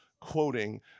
quoting